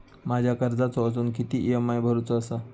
माझ्या कर्जाचो अजून किती ई.एम.आय भरूचो असा?